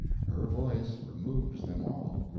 her voice removes them all,